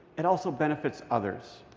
it also benefits others.